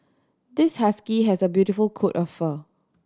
this husky has a beautiful coat of fur